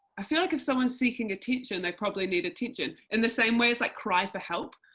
i feel like if someone's seeking attention, they probably need attention. in the same way as like, cry for help